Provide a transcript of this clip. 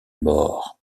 mort